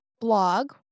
blog